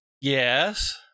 Yes